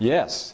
Yes